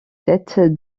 têtes